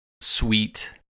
sweet